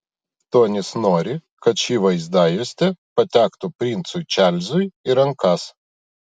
tonis nori kad ši vaizdajuostė patektų princui čarlzui į rankas